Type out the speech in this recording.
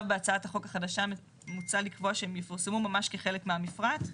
בהצעת החוק החדשה מוצע לקבוע שהם יפורסמו ממש כחלק מהמפרט,